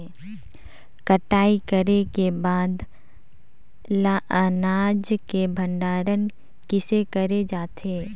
कटाई करे के बाद ल अनाज के भंडारण किसे करे जाथे?